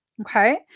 Okay